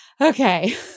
Okay